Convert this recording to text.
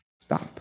stop